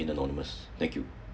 in anonymous thank you